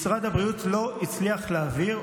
משרד הבריאות לא הצליח להעביר,